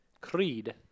Creed